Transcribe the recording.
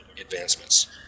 advancements